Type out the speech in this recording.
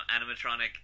animatronic